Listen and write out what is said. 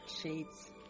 Shades